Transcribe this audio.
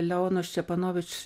leonos ščepanovič